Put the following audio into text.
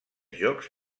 jocs